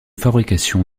fabrication